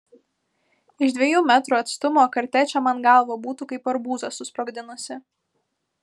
iš dviejų metrų atstumo kartečė man galvą būtų kaip arbūzą susprogdinusi